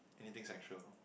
anything sexual